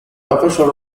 official